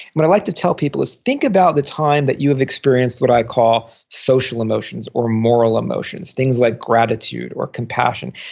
what i like to tell people is think about the time that you have experienced what i call social emotions or moral emotions, things like gratitude or compassion.